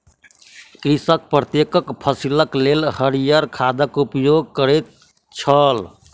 कृषक प्रत्येक फसिलक लेल हरियर खादक उपयोग करैत छल